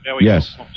Yes